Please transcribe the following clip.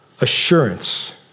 assurance